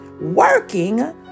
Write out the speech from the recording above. working